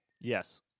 Yes